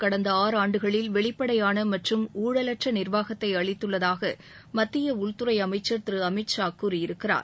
கடந்த ஆறாண்டுகளில் வெளிப்படையான மற்றும் ஊழலற்ற நிர்வாகத்தை அளித்துள்ளதாக மத்திய உள்துறை அமைச்சள் திரு அமித் ஷா கூறியிருக்கிறார்